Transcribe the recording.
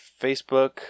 Facebook